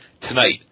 Tonight